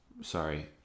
Sorry